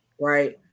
right